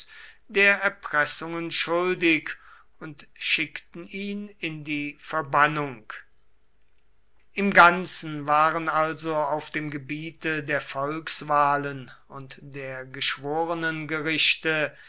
der erpressungen schuldig und schickten ihn in die verbannung im ganzen waren also auf dem gebiete der volkswahlen und der